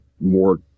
more